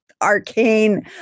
arcane